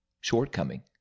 Shortcoming